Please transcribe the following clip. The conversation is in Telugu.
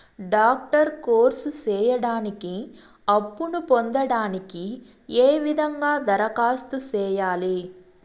డాక్టర్ కోర్స్ సేయడానికి అప్పును పొందడానికి ఏ విధంగా దరఖాస్తు సేయాలి?